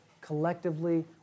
collectively